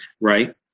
right